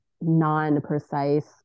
non-precise